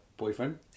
Boyfriend